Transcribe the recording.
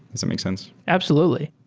does that make sense? absolutely.